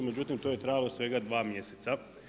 Međutim, to je trajalo svega 2 mjeseca.